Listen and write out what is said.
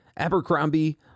Abercrombie